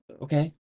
Okay